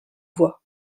voies